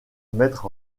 mettre